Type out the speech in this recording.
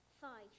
five